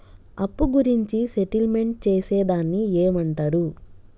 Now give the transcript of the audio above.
అప్పు గురించి సెటిల్మెంట్ చేసేదాన్ని ఏమంటరు?